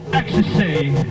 ecstasy